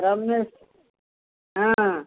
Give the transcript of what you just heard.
ରମେଶ ହଁ